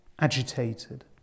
agitated